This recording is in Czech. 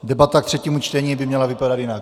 Debata k třetímu čtení by měla vypadat jinak.